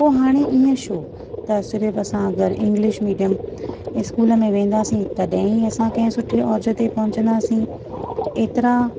पोइ हाणे ईअं छो त सिर्फ़ु असां अगरि इंग्लिश मिडियम स्कूल में वेंदासीं तॾहिं ई असां कंहिं सुठी औज ते पहुचंदासीं एतिरा